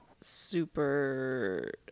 super